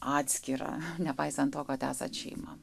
atskirą nepaisant to kad esat šeima